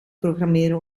programmeren